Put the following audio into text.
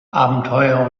abenteuer